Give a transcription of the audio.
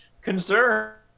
concern